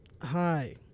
hi